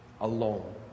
alone